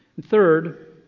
Third